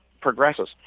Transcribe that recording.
progresses